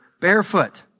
barefoot